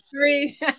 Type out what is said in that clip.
three